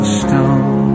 stone